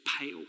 pale